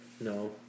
No